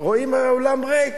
רואים שהאולם ריק.